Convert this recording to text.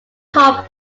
home